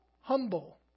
humble